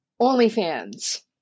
OnlyFans